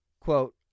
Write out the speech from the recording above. Quote